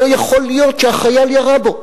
שלא יכול להיות שהחייל ירה בו.